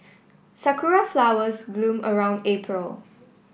sakura flowers bloom around April